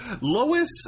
Lois